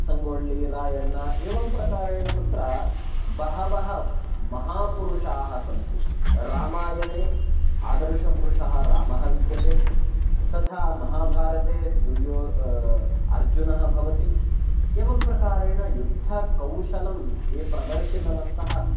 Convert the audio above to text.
सङ्गोल्लिरायण्ण एवं प्रकारेण तत्र बहवः महापुरुषाः सन्ति रामायणे आदर्शपुरुषः रामः विद्यते तथा महाभारते दुर्यो अर्जुनः भवति एवं प्रकारेण युद्धकौशलं ये प्रदर्शितवन्तः